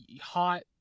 hot